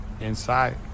inside